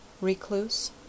recluse